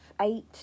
eight